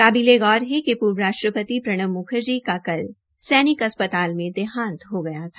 कोबिले गौर है कि पूर्व राष्ट्रपति प्रणब म्खर्जी का कल सैनिक अस्पताल मे देहांत हो गया था